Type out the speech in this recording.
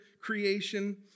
creation